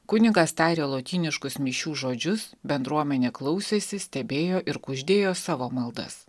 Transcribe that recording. kunigas taria lotyniškus mišių žodžius bendruomenė klausėsi stebėjo ir kuždėjo savo maldas